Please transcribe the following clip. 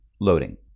loading